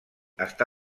està